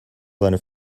seine